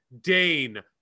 dane